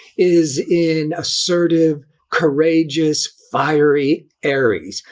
is in assertive courageous fiery aries,